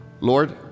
Lord